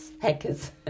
hackers